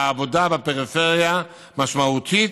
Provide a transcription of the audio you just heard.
העבודה בפריפריה משמעותית,